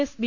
S B